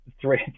three